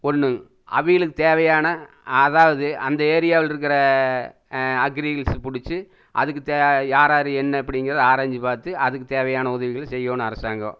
ஒன்று அவிங்களுக்கு தேவையான அதாவது அந்த ஏரியாவிலிருக்குற அக்ரிகல்ஸ் பிடிச்சி அதுக்குத் யார் யார் என்ன எப்படிங்கிறது ஆராய்ஞ்சு பார்த்து அதுக்கு தேவையான உதவிகளை செய்யணும் அரசாங்கம்